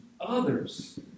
others